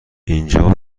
اینجا